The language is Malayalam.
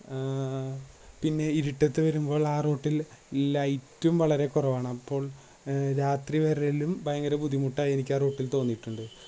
പിന്നെ ഇരുട്ടത്ത് വരുമ്പോള് ആ റൂട്ടില് ലൈറ്റും വളരെ കുറവാണ് അപ്പോള് രാത്രി വരലും ഭയങ്കര ബുദ്ധിമുട്ടാണ് എനിക്കാ റോട്ടില് തോന്നിയിട്ടുണ്ട്